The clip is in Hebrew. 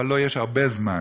אבל לו יש הרבה זמן.